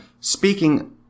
speaking